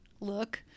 look